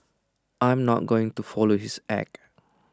I am not going to follow his act